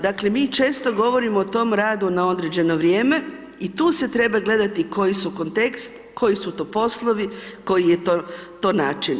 Dakle, mi često govorimo o tome radu na određeno vrijeme, i tu se treba gledati koji su kontekst, koji su to poslovi koji je to način.